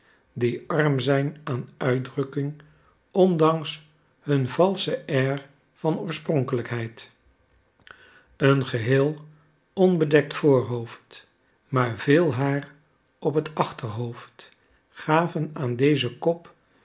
die arm zijn aan uitdrukking ondanks hun valsch air van oorspronkelijkheid een geheel onbedekt voorhoofd maar veel haar op het achterhoofd gaven aan dezen kop